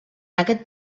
aquest